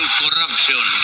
corruption